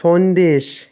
Sandesh